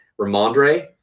Ramondre